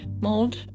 mold